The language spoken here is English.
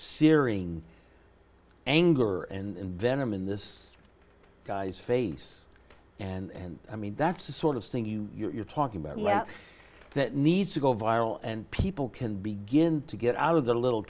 searing anger and venom in this guy's face and i mean that's the sort of thing you're talking about that needs to go viral and people can begin to get out of the little